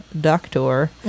doctor